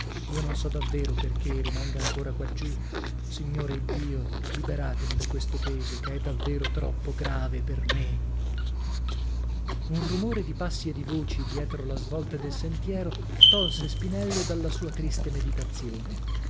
io non so davvero perchè rimanga ancora quaggiù signore iddio liberatemi da questo peso che è davvero troppo grave per me un rumore di passi e di voci dietro la svolta del sentiero tolse spinello dalla sua triste meditazione